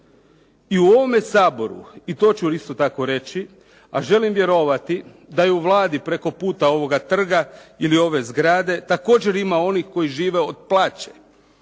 I u ovome Saboru i to ću isto tako reći, a želim vjerovati da je u Vladi preko puta ovoga trga ili ove zgrade također ima onih koji žive od plaće,